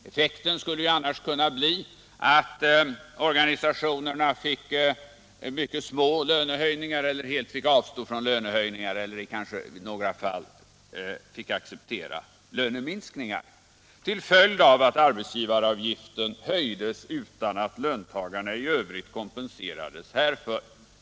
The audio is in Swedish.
Effekten skulle ju annars kunna bli att organisationerna ändå fick mycket små löneförhöjningar, helt fick avstå från kontantlönehöjningar eller kanske rent av i några fall fick acceptera löneminskningar till följd av att arbetsgivaravgiften höjdes utan att löntagarna i övrigt kompenserades härför.